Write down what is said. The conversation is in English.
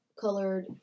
Colored